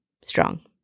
strong